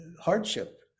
hardship